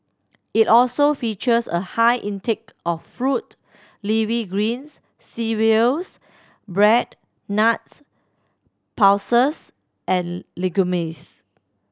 it also features a high intake of fruit leafy greens cereals bread nuts pulses and